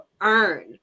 earn